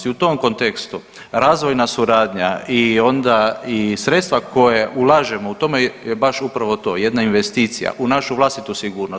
I u tom kontekstu razvojna suradnja i onda i sredstva koja ulažemo u tome je baš upravo to jedna investicija u našu vlastitu sigurnost.